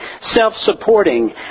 self-supporting